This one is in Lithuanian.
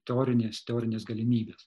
teorinės teorinės galimybės